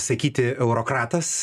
sakyti eurokratas